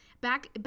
back